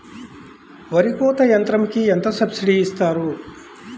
వరి కోత యంత్రంకి ఎంత సబ్సిడీ ఇస్తారు?